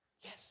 Yes